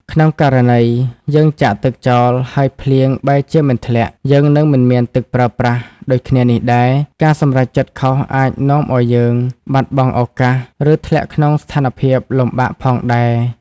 ក្នុងករណី យើងចាក់ទឹកចោលហើយភ្លៀងបែរជាមិនធ្លាក់ យើងនឹងមិនមានទឹកប្រើប្រាស់ ដូចគ្នានេះដែរ ការសម្រេចចិត្តខុសអាចនាំឲ្យយើងបាត់បង់ឱកាស ឬធ្លាក់ក្នុងស្ថានភាពលំបាកផងដែរ។